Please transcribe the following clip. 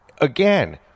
Again